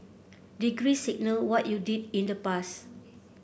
degrees signal what you did in the past